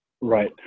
Right